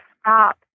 stop